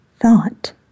thought